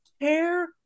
hair